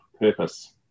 purpose